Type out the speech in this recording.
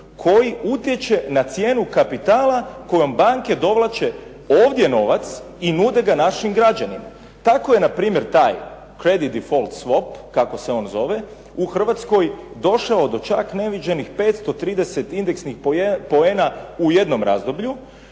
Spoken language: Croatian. koji utječe na cijenu kapitala kojom banke dovlače ovdje novac i nude ga našim građanima. Tako je npr. taj ... kako se on zove u Hrvatskoj došao do čak neviđenih 530 indeksnih poena u jednom razdoblju,